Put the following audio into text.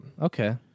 Okay